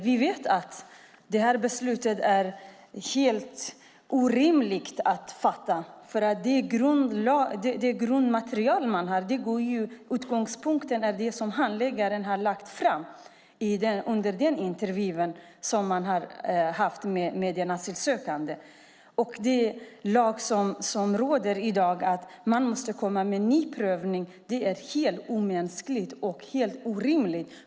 Vi vet att beslutet är helt orimligt att fatta, för det grundmaterialet är bara det som handläggaren har lagt fram under den intervju man har haft med den asylsökande. Det är i dag lag på att man måste komma med ny prövning. Det är helt omänskligt och orimligt.